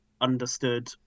understood